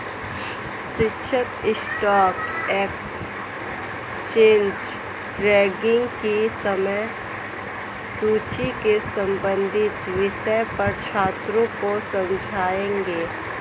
शिक्षक stock exchange trading की समय सूची से संबंधित विषय पर छात्रों को समझाएँगे